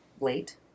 late